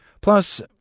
Plus